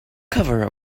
cover